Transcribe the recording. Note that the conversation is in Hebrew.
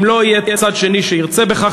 אם לא יהיה צד שני שירצה בכך,